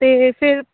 ਅਤੇ ਫਿਰ